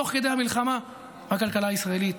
תוך כדי המלחמה, את הכלכלה הישראלית.